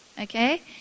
Okay